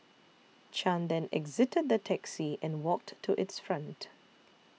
Chan then exited the taxi and walked to its front